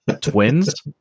Twins